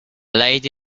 lady